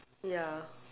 ya